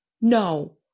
No